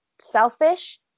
selfish